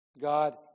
God